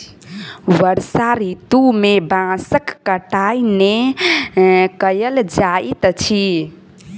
वर्षा ऋतू में बांसक कटाई नै कयल जाइत अछि